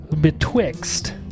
Betwixt